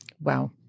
Wow